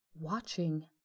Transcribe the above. watching